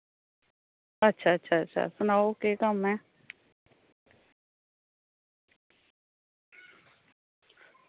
अच्छा अच्छा सनाओ केह् कम्म ऐ